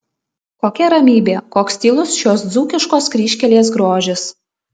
kokia ramybė koks tylus šios dzūkiškos kryžkelės grožis